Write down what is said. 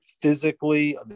physically